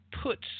puts